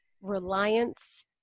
reliance